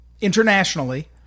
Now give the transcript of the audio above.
internationally